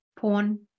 porn